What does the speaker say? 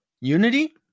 Unity